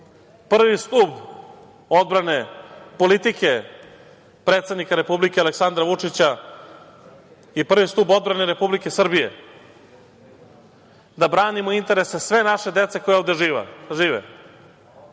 prvi stub odbrane politike predsednika Republike Aleksandra Vučića i prvi stub odbrane Republike Srbije, da branimo interese sve naše dece koja ovde žive,